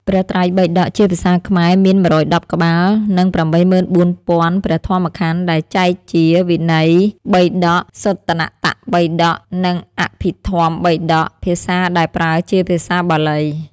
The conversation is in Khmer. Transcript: ព្រះត្រៃបិដកជាភាសាខ្មែរមាន ១១០ ក្បាល និង ៨៤០០០ ព្រះធម្មក្ខន្ធ ដែលចែកជា វិនយបិដក សុត្តន្តបិដក និង អភិធម្មបិដក (ភាសាដែលប្រើជាភាសាបាលី។)។